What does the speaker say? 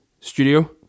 studio